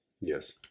Yes